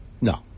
No